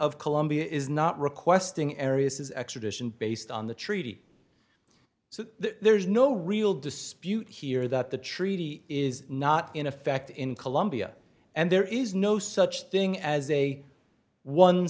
of colombia is not requesting areas extradition based on the treaty so there's no real dispute here that the treaty is not in effect in colombia and there is no such thing as a one